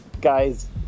guy's